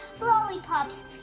lollipops